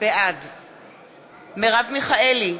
בעד מרב מיכאלי,